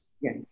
Yes